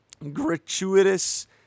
gratuitous